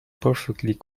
perfectly